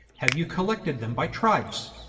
have you collected them by tribes?